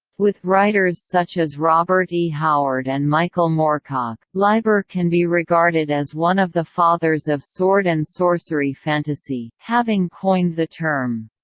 with writers such as robert e. howard and michael moorcock, leiber can be regarded as one of the fathers of sword and sorcery fantasy, fantasy, having coined the term.